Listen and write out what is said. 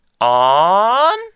on